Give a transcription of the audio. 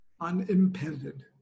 unimpeded